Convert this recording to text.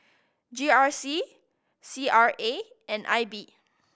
G R C C R A and I B